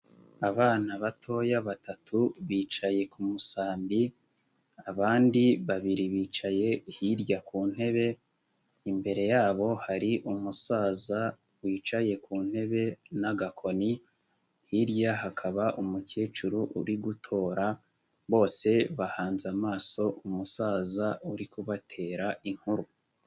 Abana batoya batatu bicaye ku musambi abandi babiri bicaye hirya ku ntebe, imbere yabo hari umusaza wicaye ku ntebe n'agakoni, hirya hakaba umukecuru uri gutora, bose bahanze amaso umusaza uri kubatera inkuru.